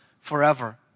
forever